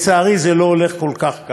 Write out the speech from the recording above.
ולצערי, זה לא הולך כל כך בקלות.